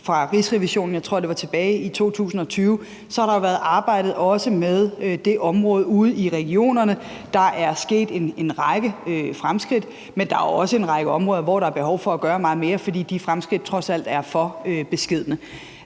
af Rigsrevisionen tilbage i 2020, tror jeg det var. Der er sket en række fremskridt, men der er jo også en række områder, hvor der er behov for at gøre meget mere, fordi de fremskridt trods alt er for beskedne.